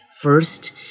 First